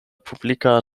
publika